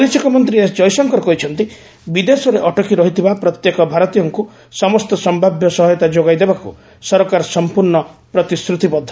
ବୈଦେଶିକ ମନ୍ତ୍ରୀ ଏସ୍ ଜୟଶଙ୍କର କହିଛନ୍ତି ବିଦେଶରେ ଅଟକି ରହିଥିବା ପ୍ରତ୍ୟେକ ଭାରତୀୟଙ୍କୁ ସମସ୍ତ ସମ୍ଭାବ୍ୟ ସହାୟତା ଯୋଗାଇ ଦେବାକୁ ସରକାର ସମ୍ପୂର୍ଣ୍ଣ ପ୍ରତିଶ୍ରତିବଦ୍ଧ